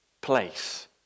place